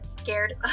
scared